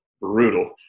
brutal